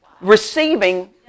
receiving